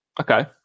okay